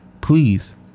Please